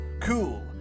Cool